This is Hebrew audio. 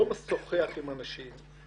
לא משוחח עם האנשים,